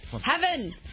Heaven